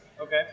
Okay